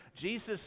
Jesus